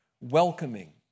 welcoming